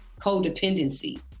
codependency